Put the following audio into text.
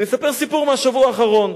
אני אספר סיפור מהשבוע האחרון.